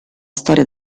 storia